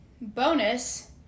bonus